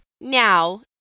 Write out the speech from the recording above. now